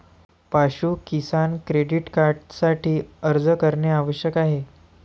पाशु किसान क्रेडिट कार्डसाठी अर्ज करणे आवश्यक आहे